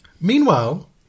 Meanwhile